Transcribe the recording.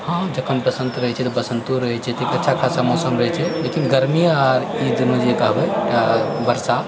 हँ जखन बसंत रहैत छै तऽ बसंतो रहैत छै तऽ अच्छा खासा मौसम रहैत छै लेकिन गर्मी आर ई दुनू जे कहबै या बरसा